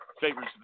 favors